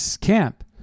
camp